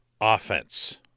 offense